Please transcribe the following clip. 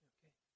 Okay